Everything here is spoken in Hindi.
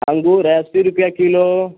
अंगूर है अस्सी रुपये किलो